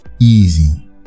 easy